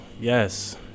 yes